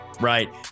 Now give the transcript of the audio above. Right